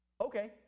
Okay